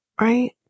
right